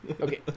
Okay